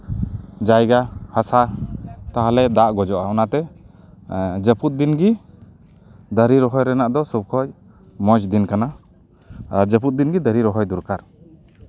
ᱡᱟᱭᱜᱟ ᱦᱟᱥᱟ ᱛᱟᱦᱞᱮ ᱫᱟᱜ ᱜᱚᱡᱚᱜᱼᱟ ᱚᱱᱟᱛᱮ ᱡᱟᱹᱯᱩᱫ ᱫᱤᱱ ᱜᱮ ᱫᱟᱨᱮ ᱨᱚᱦᱚᱭ ᱨᱮᱱᱟᱜ ᱫᱚ ᱥᱚᱵ ᱠᱷᱚᱡ ᱢᱚᱡᱽ ᱫᱤᱱ ᱠᱟᱱᱟ ᱟᱨ ᱡᱟᱹᱯᱩᱫ ᱫᱤᱱ ᱜᱮ ᱫᱟᱨᱮ ᱨᱚᱦᱚᱭ ᱫᱚᱨᱠᱟᱨ